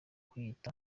wiyita